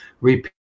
repeat